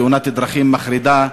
תאונת דרכים מחרידה,